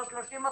לא 30%,